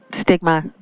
stigma